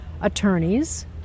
attorneys